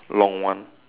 long one